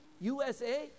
USA